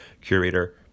curator